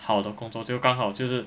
好的工作就刚好就是